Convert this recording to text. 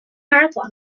marathon